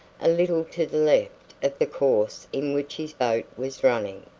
a little to the left of the course in which his boat was running.